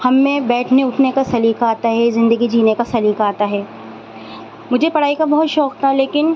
ہم میں بیٹھنے اٹھنے کا سلیقہ آتا ہے زندگی جینے کا سلیقہ آتا ہے مجھے پڑھائی کا بہت شوق تھا لیکن